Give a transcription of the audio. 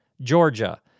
Georgia